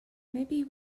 maybe